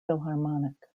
philharmonic